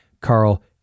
Carl